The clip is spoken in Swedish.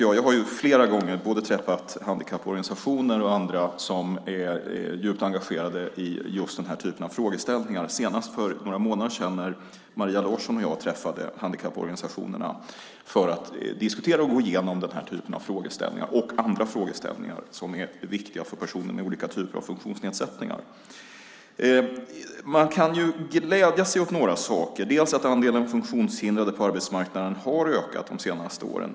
Jag har flera gånger träffat handikapporganisationer och andra som är djupt engagerade i den här typen av frågor, senast för några månader sedan när Maria Larsson och jag träffade handikapporganisationerna för att diskutera och gå igenom den här och andra frågor som är viktiga för personer med olika typer av funktionsnedsättningar. Man kan glädja sig åt några saker. Andelen funktionshindrade har ökat på arbetsmarknaden de senaste åren.